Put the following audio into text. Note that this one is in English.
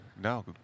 No